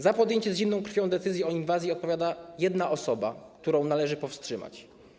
Za podjęcie z zimną krwią decyzji o inwazji odpowiada jedna osoba, którą należy powstrzymać.